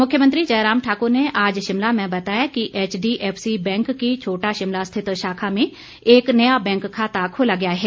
मुख्यमंत्री जयराम ठाकुर ने आज शिमला में बताया कि एच डीएफसी बैंक की छोटा शिमला स्थित शाखा में एक नया बैंक खाता खोला गया है